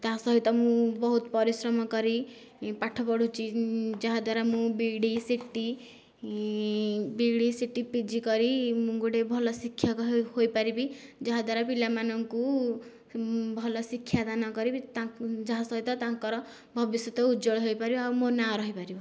ତା ସହିତ ମୁଁ ବହୁତ ପରିଶ୍ରମ କରି ପାଠ ପଢ଼ୁଛି ଯାହା ଦ୍ୱାରା ମୁଁ B E D C T B E D C T P G କରି ମୁଁ ଗୋଟିଏ ଭଲ ଶିକ୍ଷକ ହହୋଇପାରିବି ଯାହା ଦ୍ୱାରା ପିଲାମାନଙ୍କୁ ଭଲ ଶିକ୍ଷାଦାନ କରିବି ତା ଯାହା ସହିତ ତାଙ୍କର ଭବିଷ୍ୟତ ଉଜ୍ଜ୍ୱଳ ହୋଇପାରିବ ଆଉ ମୋ ନାଁ ରହିପାରିବ